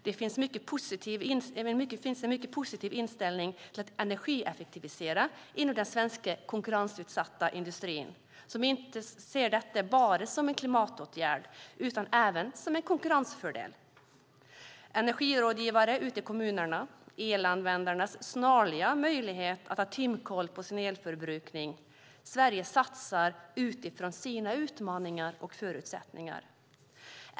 Det finns en mycket positiv inställning till att energieffektivisera inom den svenska konkurrensutsatta industrin som inte ser detta bara som en klimatåtgärd utan även som en konkurrensfördel. Energirådgivare ute i kommunerna och elanvändarnas snarliga möjlighet att ha timkoll på sin elförbrukning är exempel på att Sverige satsar utifrån sina utmaningar och förutsättningar.